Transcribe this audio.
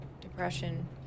depression